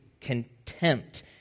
contempt